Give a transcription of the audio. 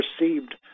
received